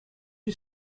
you